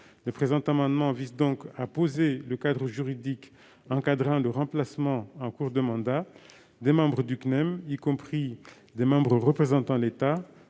Le présent amendement vise donc à poser le cadre juridique du remplacement, en cours de mandat, des membres du CNEN, y compris des représentants de l'État.